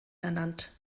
ernannt